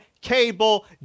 Cable